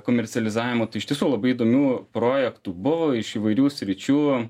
komercializavimo tai iš tiesų labai įdomių projektų buvo iš įvairių sričių